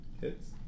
Hits